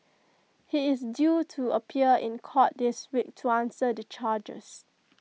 he is due to appear in court this week to answer the charges